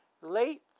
Late